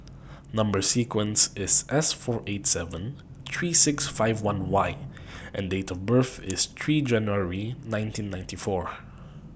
Number sequence IS S four eight seven three six five one Y and Date of birth IS three January nineteen ninety four